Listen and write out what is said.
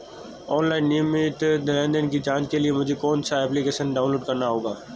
Online नियमित लेनदेन की जांच के लिए मुझे कौनसा एप्लिकेशन डाउनलोड करना होगा?